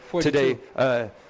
today